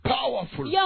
powerful